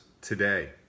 today